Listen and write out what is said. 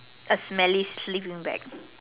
a smelly sleeping bag